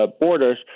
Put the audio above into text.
borders